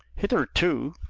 hitherto,